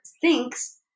thinks